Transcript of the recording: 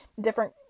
different